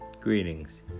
Greetings